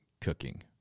cooking